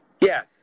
Yes